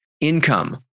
income